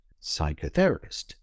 psychotherapist